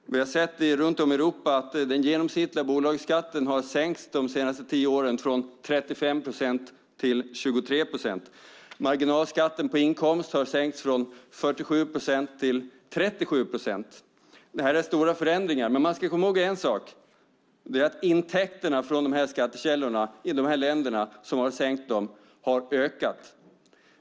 Runt om i Europa har vi sett att den genomsnittliga bolagsskatten de senaste åren har sänkts från 35 procent till 23 procent. Marginalskatten på inkomster har sänkts från 47 procent till 37 procent. Detta är stora förändringar, men man ska komma ihåg att intäkterna från dessa skattekällor har ökat i de länder där man sänkt skatterna.